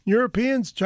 Europeans